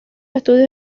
estudios